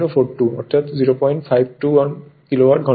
অর্থাৎ 0521 কিলোওয়াট ঘন্টা